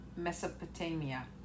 mesopotamia